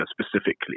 specifically